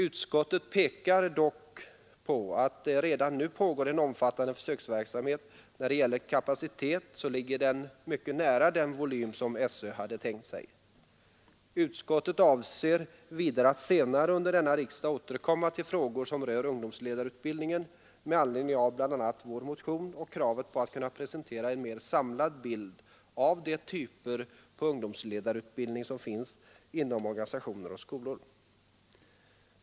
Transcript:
Utskottet påpekar dock att det redan nu pågår en omfattande försöksverksamhet, som när det gäller kapacitet ligger mycket nära den volym som SÖ förordat. Utskottet avser vidare att senare under denna riksdag återkomma till frågor som rör ungdomsledarutbildningen med anledning av bl.a. vår motion och kravet på att kunna presentera en mera samlad bild av de typer av ungdomsledarutbildning som finns inom organisationer och skolor.